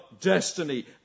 destiny